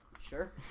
Sure